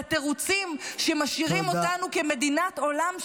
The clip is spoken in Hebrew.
לתירוצים שמשאירים אותנו כמדינת עולם שלישי.